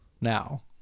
Now